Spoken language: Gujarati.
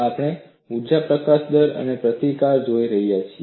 આપણે ઊર્જા પ્રકાશન દર અને પ્રતિકાર જોઈ રહ્યા છીએ